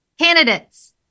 Candidates